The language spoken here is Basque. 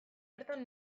bertan